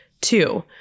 Two